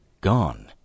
gone